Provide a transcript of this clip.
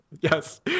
Yes